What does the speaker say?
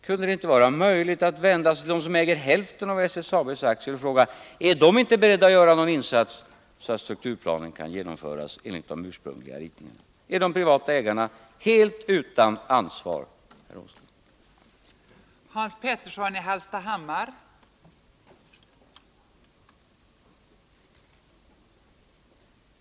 Kunde det inte vara möjligt att vända sig till dem som äger hälften av SSAB:s aktier och fråga om inte de är beredda att göra en insats så att strukturplanen kan genomföras enligt de ursprungliga ritningarna? Är de privata ägarna helt utan ansvar, Nils Åsling?